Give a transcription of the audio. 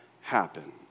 happen